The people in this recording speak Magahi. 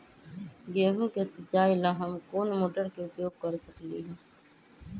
गेंहू के सिचाई ला हम कोंन मोटर के उपयोग कर सकली ह?